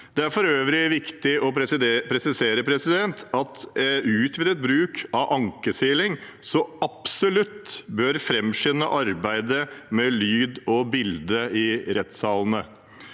Det er for øvrig viktig å presisere at utvidet bruk av ankesiling så absolutt bør framskynde arbeidet med lyd og bilde i rettssalene.